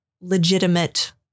legitimate